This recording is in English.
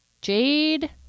jade